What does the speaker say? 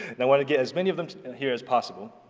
and i want to get as many of them and here as possible.